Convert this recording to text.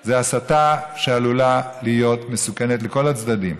היא הסתה שעלולה להיות מסוכנת לכל הצדדים.